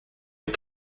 est